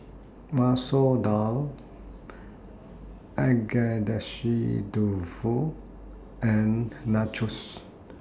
Masoor Dal Agedashi Dofu and Nachos